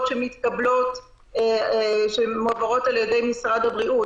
שמתקבלות שמועברות על ידי משרד הבריאות,